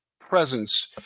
presence